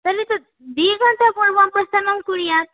तर्हि तु द्विघण्टा पूर्वं प्रस्थानं कुर्यात्